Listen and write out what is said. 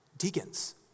Deacons